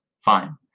Fine